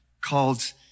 called